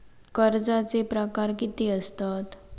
कर्जाचे प्रकार कीती असतत?